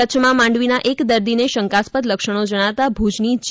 કચ્છમાં માંડવીના એક દર્દીને શંકાસ્પદ લક્ષણો જણાતાં ભૂજની જી